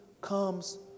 comes